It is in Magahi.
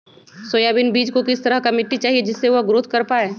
सोयाबीन बीज को किस तरह का मिट्टी चाहिए जिससे वह ग्रोथ कर पाए?